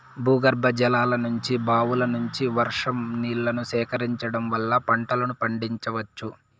భూగర్భజలాల నుంచి, బావుల నుంచి, వర్షం నీళ్ళను సేకరించడం వల్ల పంటలను పండించవచ్చు